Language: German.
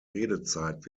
redezeit